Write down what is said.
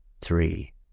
three